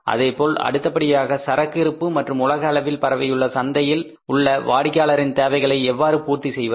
அதேபோல் அடுத்தபடியாக சரக்கு இருப்பு மற்றும் உலக அளவில் பரவியுள்ள சந்தையில் உள்ள வாடிக்கையாளரின் தேவைகளை எவ்வாறு பூர்த்தி செய்வது